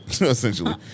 essentially